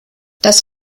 das